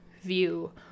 view